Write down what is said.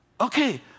Okay